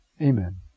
Amen